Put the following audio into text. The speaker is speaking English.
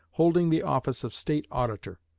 holding the office of state auditor.